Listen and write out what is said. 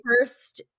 first